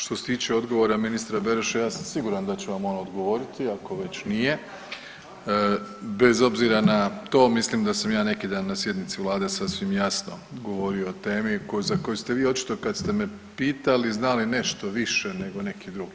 Što se tiče odgovora ministra Beroša ja sam siguran da će vam on odgovoriti, ako već nije, bez obzira na to mislim da sam ja neki dan na sjednici vlade sasvim jasno govorio o temi za koju ste vi očito kad ste me pitali znali nešto više nego neki drugi.